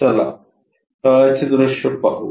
चला तळाचे दृश्य पाहू